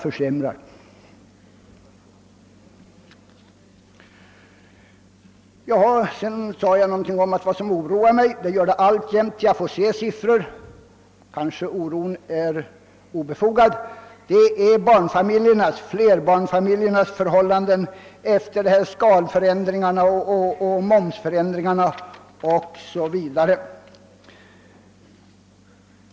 Det bara förvärrar saken.» Jag har vidare sagt att något som oroar mig är flerbarnsfamiljernas förhållanden efter skatteskaleförändringarna, momsförändringen 0. s. Vv.